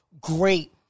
great